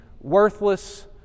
worthless